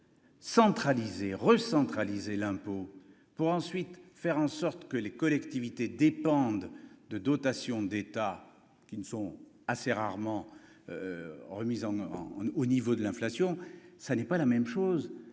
chose. Centralisé recentraliser l'impôt pour ensuite faire en sorte que les collectivités dépendent de dotations d'État, qui ne sont assez rarement remise en en en au niveau de l'inflation, ça n'est pas la même chose,